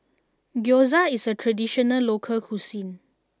Gyoza is a traditional local cuisine